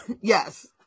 yes